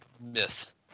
myth